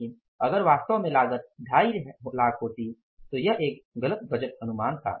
लेकिन अगर वास्तव में लागत 25 होती तो यह एक गलत बजट अनुमान था